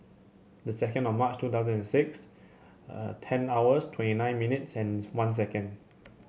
the second of March two thousand and six ten hours twenty nine minutes and one second